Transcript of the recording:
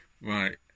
Right